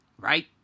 right